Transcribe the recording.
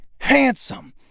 handsome